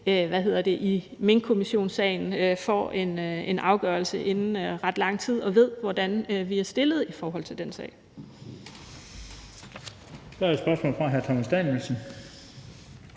vi ikke i minksagen får en afgørelse inden ret lang tid og ved, hvordan vi er stillet i forhold til den sag.